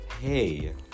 hey